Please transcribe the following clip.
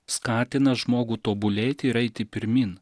skatina žmogų tobulėti ir eiti pirmyn